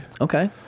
Okay